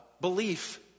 belief